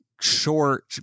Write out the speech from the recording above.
short